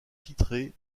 titré